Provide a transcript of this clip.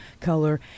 color